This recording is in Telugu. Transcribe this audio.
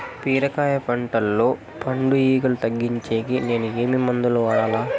బీరకాయ పంటల్లో పండు ఈగలు తగ్గించేకి నేను ఏమి మందులు వాడాలా?